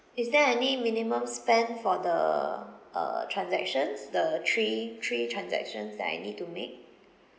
is there any minimum spend for the uh transactions the three three transactions that I need to make